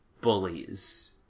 bullies